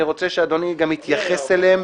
אני רוצה שאדוני גם יתייחס אליהם,